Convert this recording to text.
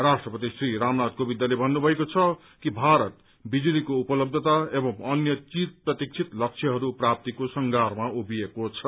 राष्ट्रपति श्री रामनाथ कोविन्दले भत्रुभएको छ कि भारत बिजुलीको उपलब्यता एवं अन्य चिरप्रतीक्षित लक्ष्यहरू प्राप्तिको संघारमा उभिएको छ